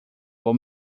vou